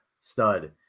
stud